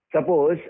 Suppose